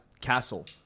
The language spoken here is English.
castle